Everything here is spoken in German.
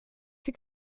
sie